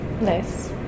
Nice